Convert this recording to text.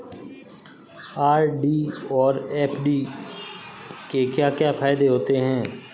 RD और FD के क्या क्या फायदे होते हैं?